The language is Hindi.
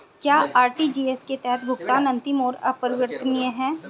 क्या आर.टी.जी.एस के तहत भुगतान अंतिम और अपरिवर्तनीय है?